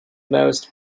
most